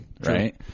right